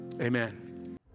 amen